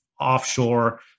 offshore